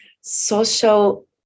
social